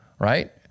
right